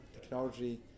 technology